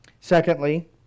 Secondly